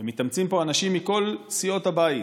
ומתאמצים פה אנשים מכל סיעות הבית,